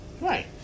Right